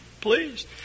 Please